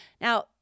Now